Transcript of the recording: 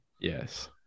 Yes